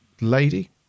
lady